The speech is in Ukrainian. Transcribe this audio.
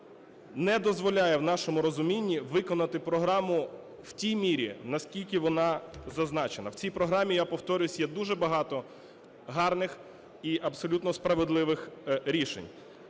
не дозволяє в нашому розумінні виконати програму в тій мірі, наскільки вона зазначена. В цій програмі, я повторююсь, є дуже багато гарних і абсолютно справедливих рішень,